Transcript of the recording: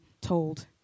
told